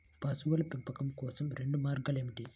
పశువుల పెంపకం కోసం రెండు మార్గాలు ఏమిటీ?